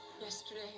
yesterday